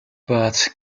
but